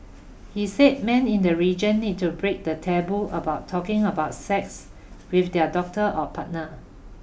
he said men in the region need to break the taboo about talking about sex with their doctor or partner